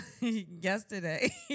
yesterday